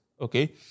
okay